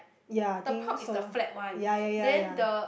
ya I think so ya ya ya ya